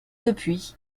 depuis